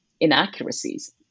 inaccuracies